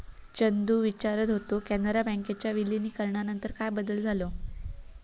चंदू विचारत होतो, कॅनरा बँकेच्या विलीनीकरणानंतर काय बदल झालो?